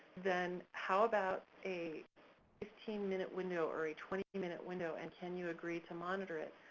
then how about a fifteen minute window or a twenty minute window and can you agree to monitor it?